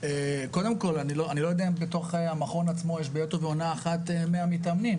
קודם כל אני לא יודע אם יש אצלם בעת ובעונה אחת 100 מתאמנים,